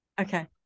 okay